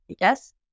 Yes